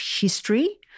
history